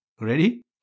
Ready